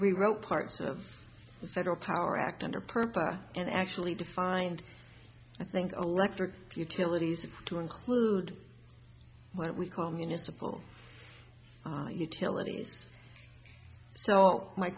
we wrote parts of the federal power act under purpose and actually defined i think electric utilities to include what we call municipal utilities so my